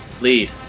Lead